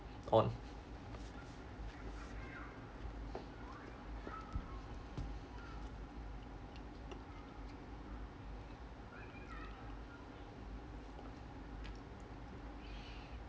on